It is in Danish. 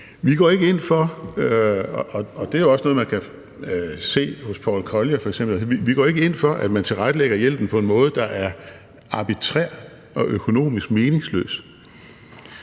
Paul Collier – at man tilrettelægger hjælpen på en måde, der er arbitrær og økonomisk meningsløs.